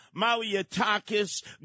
Maliatakis